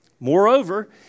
Moreover